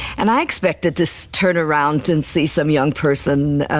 and i expected to so turn around and see some young person, ah,